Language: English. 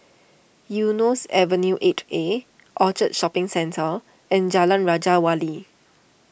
Eunos Avenue eight A Orchard Shopping Centre and Jalan Raja Wali